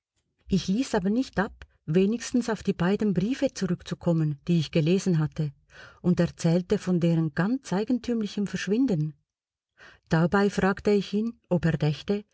ich ließ aber nicht ab wenigstens auf die beiden briefe zurückzukommen die ich gelesen hatte und erzählte von deren ganz eigentümlichem verschwinden dabei fragte ich ihn ob er dächte